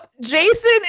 Jason